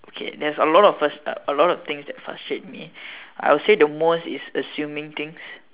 okay there's a lot of first uh a lot of things that frustrate me I'd say the most is assuming things